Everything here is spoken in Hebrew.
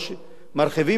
מרחיבים את המנדט,